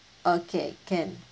okay can